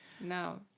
no